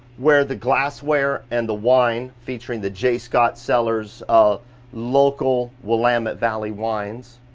where the glassware and the wine, featuring the j. scott cellar's, ah local wilamette valley wines,